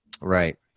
Right